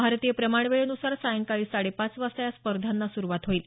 भारतीय प्रमाणवेळेनुसार सायंकाळी साडेपाच वाजता या स्पर्धांना सुरुवात होईल